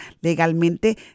legalmente